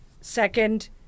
second